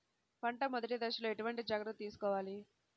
పంట మెదటి దశలో ఎటువంటి జాగ్రత్తలు తీసుకోవాలి?